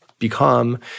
Become